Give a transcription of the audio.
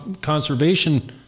conservation